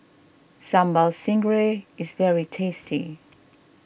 Sambal Stingray is very tasty